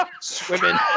swimming